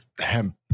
hemp